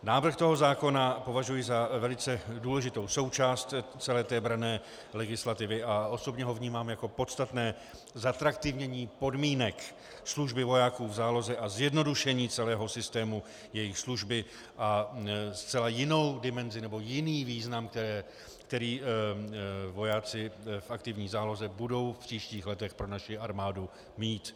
Návrh toho zákona považuji za velice důležitou součást celé branné legislativy a osobně ho vnímám jako podstatné zatraktivnění podmínek služby vojáků v záloze a zjednodušení celého systému jejich služby a zcela jinou dimenzi, nebo jiný význam, který vojáci v aktivní záloze budou v příštích letech pro naši armádu mít.